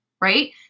Right